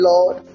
Lord